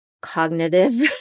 cognitive